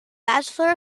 bachelor